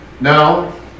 Now